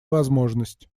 возможность